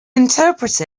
interpret